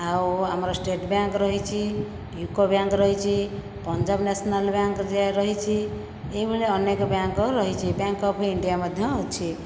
ଆଉ ଆମର state bank ରହିଛି ୟୁକୋ ବ୍ୟାଙ୍କ ରହିଛି ପଞ୍ଜାବ ନ୍ୟାସନାଲ ବ୍ୟାଙ୍କ ରହିଛି ଏଇଭଳିଆ ଅନେକ ବ୍ୟାଙ୍କ ରହିଛି ବ୍ୟାଙ୍କ ଅଫ ଇଣ୍ଡିଆ ମଧ୍ୟ ଅଛି